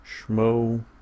schmo